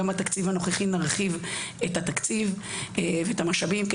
גם בתקציב הנוכחי נרחיב את המשאבים ואת התקציב.